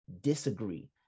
disagree